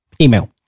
email